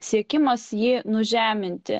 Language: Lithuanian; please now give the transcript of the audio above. siekimas jį nužeminti